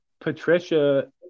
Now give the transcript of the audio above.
Patricia